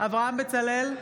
אברהם בצלאל,